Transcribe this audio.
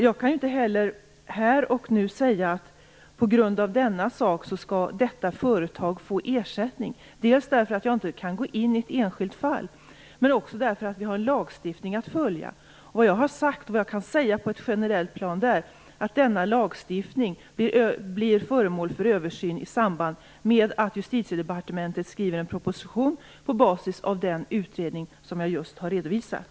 Jag kan inte heller här och nu säga att på grund av det inträffade skall detta företag få ersättning, dels därför att jag inte kan gå in i ett enskilt fall, dels därför att vi har en lagstiftning att följa. Vad jag generellt kan säga är att denna lagstiftning blir föremål för översyn i samband med att Justitiedepartmentet skriver en proposition på basis av den utredning som jag just har redovisat.